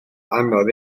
anodd